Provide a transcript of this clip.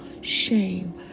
shame